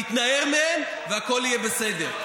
תתנער מהם והכול יהיה בסדר.